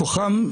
כוחם,